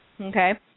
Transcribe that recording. okay